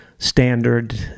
Standard